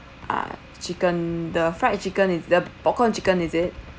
ah chicken the fried chicken is the popcorn chicken is it